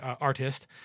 artist